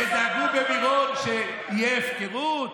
שדאגו שבמירון תהיה הפקרות,